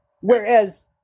whereas